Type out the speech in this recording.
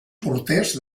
porters